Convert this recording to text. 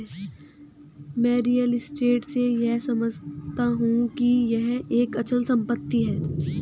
मैं real estate से यह समझता हूं कि यह एक अचल संपत्ति है